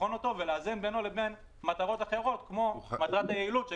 לבחון אותו ולאזן בינו לבין מטרות אחרות כמו מטרת היעילות,